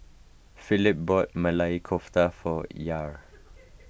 Philip bought Maili Kofta for Yair